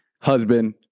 husband